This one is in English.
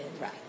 Right